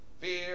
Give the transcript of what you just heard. Fear